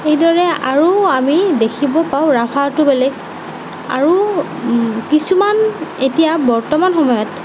সেইদৰে আৰু আমি দেখিব পাওঁ ৰাভাটো বেলেগ আৰু কিছুমান এতিয়া বৰ্তমান সময়ত